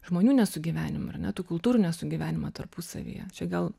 žmonių nesugyvenimą ar ne tų kultūrų nesugyvenimą tarpusavyje čia gal